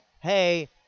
hey